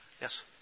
Yes